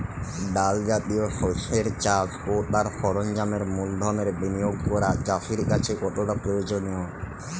ডাল জাতীয় শস্যের চাষ ও তার সরঞ্জামের মূলধনের বিনিয়োগ করা চাষীর কাছে কতটা প্রয়োজনীয়?